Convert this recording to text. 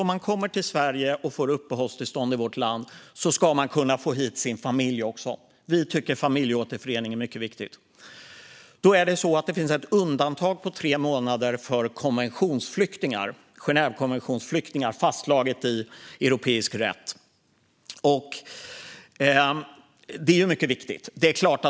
Om man kommer till Sverige och får uppehållstillstånd i vårt land ska man också kunna få hit sin familj, menar vi i Liberalerna. Vi tycker att familjeåterförening är mycket viktigt. Det finns ett undantag på tre månader för Genèvekonventionsflyktingar, fastslaget i europeisk rätt. Det är mycket viktigt.